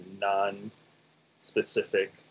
non-specific